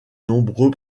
nombreux